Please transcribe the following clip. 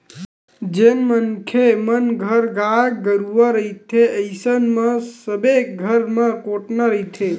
जेन मनखे मन घर गाय गरुवा रहिथे अइसन म सबे घर म कोटना रहिथे